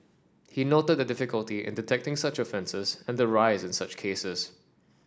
he noted the difficulty in detecting such offences and the rise in such cases